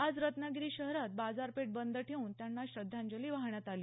आज रत्नागिरी शहरात बाजारपेठ बंद ठेवून त्यांना श्रद्धांजली वाहण्यात आली